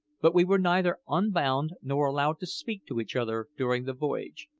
but we were neither unbound nor allowed to speak to each other during the voyage,